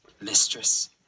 mistress